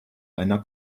einer